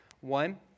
One